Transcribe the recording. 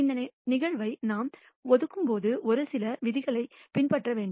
இந்த நிகழ்தகவை நாம் ஒதுக்கும்போது அது சில விதிகளைப் பின்பற்ற வேண்டும்